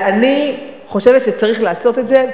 אז אני חושבת שצריך לעשות את זה.